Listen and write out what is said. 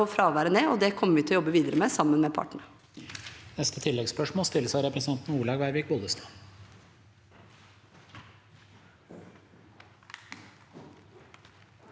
få fraværet ned, og det kommer vi til å jobbe videre med, sammen med partene.